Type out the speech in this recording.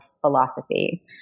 philosophy